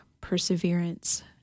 perseverance